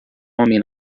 homem